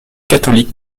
catholique